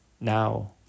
Now